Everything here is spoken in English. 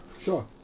Sure